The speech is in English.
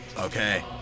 Okay